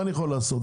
מה אני יכול לעשות?